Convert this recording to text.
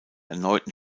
erneuten